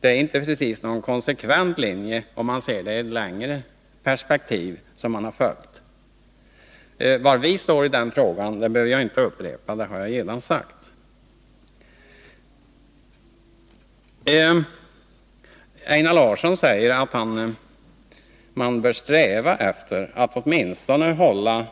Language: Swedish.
Det är inte precis någon konsekvent linje som följs, sett i ett längre perspektiv. Var vi står i frågan behöver jag inte upprepa. Det har jag redan sagt. Einar Larsson säger att man bör sträva efter att åtminstone hålla